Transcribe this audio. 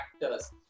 factors